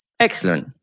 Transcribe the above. excellent